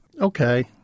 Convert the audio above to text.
Okay